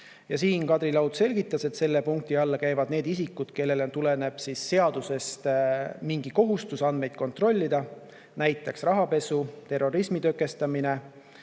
teha. Kadri Laud selgitas, et selle punkti alla käivad need isikud, kellele tuleneb seadusest mingi kohustus andmeid kontrollida, näiteks rahapesu, terrorismi tõkestamine